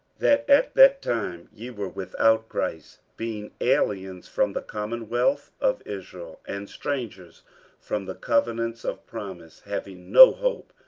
that at that time ye were without christ, being aliens from the commonwealth of israel, and strangers from the covenants of promise, having no hope,